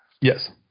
Yes